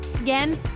Again